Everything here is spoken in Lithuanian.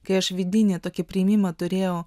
kai aš vidinį tokį priėmimą turėjau